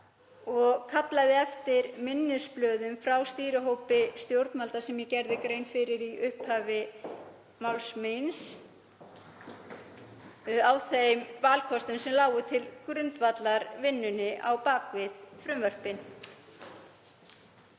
og kallaði eftir minnisblöðum frá stýrihópi stjórnvalda, sem ég gerði grein fyrir í upphafi máls míns, um greiningu á þeim valkostum sem lágu til grundvallar vinnunni á bak við frumvörpin.